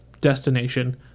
destination